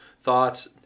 thoughts